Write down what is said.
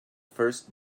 first